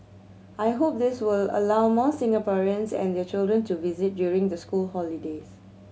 I hope this will allow more Singaporeans and their children to visit during the school holidays